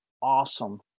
awesome